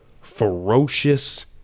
ferocious